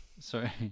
Sorry